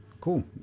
Cool